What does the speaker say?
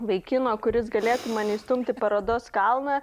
vaikino kuris galėtų mane įstumti į parodos kalną